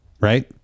Right